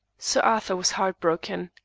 sir arthur was heart-broken.